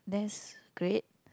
that's great